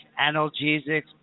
analgesics